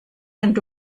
and